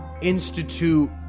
institute